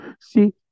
See